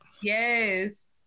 Yes